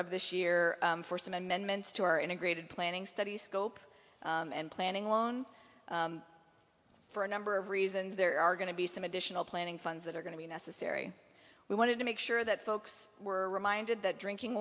of this year for some amendments to our integrated planning studies scope and planning alone for a number of reasons there are going to be some additional planning funds that are going to be necessary we wanted to make sure that folks were reminded that drinking